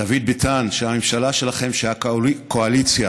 דוד ביטן, שהממשלה שלכם, שהקואליציה